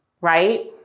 right